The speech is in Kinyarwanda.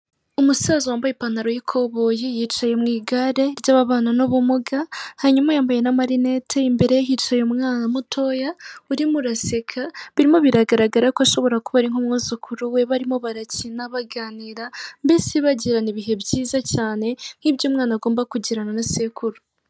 Umusaza wambaye ipantaro y'ikoboyi yicaye mu igare ry'ababana n'ubumuga, hanyuma yambaye n'amarinete, imbere ye hicaye umwana mutoya urimo uraseka, birimo biragaragara ko ashobora kuba ari nk'umwuzukuru we, barimo barakina baganira mbese bagirana ibihe byiza cyane nk'ibyo umwana agomba kugirana na sekuru.